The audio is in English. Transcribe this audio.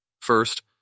First